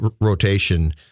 rotation